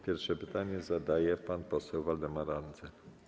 Pierwszy pytanie zadaje pan poseł Waldemar Andzel.